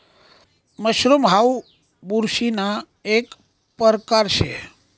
mushroom हाऊ बुरशीना एक परकार शे